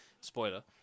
spoiler